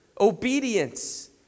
Obedience